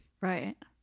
right